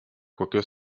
quoique